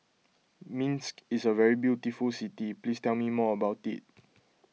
Minsk is a very beautiful city please tell me more about it